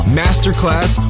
masterclass